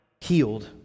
healed